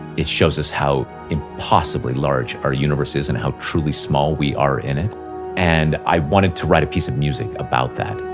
it shows us how impossibly large our universe is, and how truly small we are in it and i wanted to write a piece of music about that.